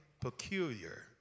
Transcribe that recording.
peculiar